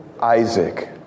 Isaac